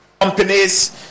Companies